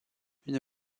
une